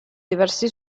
diversi